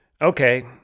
Okay